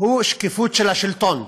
הוא שקיפות של השלטון.